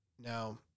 Now